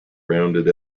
rounded